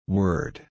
word